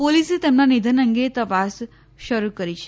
પોલીસે તેમના નિધન અંગે તપાસ શરૂ કરી છે